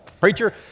preacher